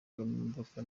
imodoka